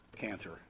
cancer